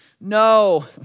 No